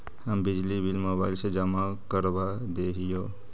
हम बिजली bill mobile से जमा करवा देहियै?